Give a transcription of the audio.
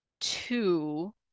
two